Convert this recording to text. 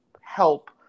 help